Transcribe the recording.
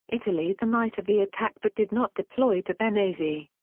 italy the night of the attack but did not deploy to benghazi.